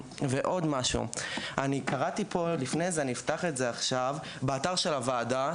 אני קראתי באתר של הוועדה,